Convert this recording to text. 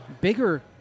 bigger